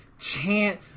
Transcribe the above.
chant